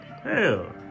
Hell